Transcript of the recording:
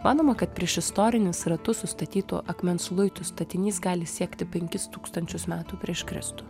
manoma kad priešistorinis ratu sustatytų akmens luitų statinys gali siekti penkis tūkstančius metų prieš kristų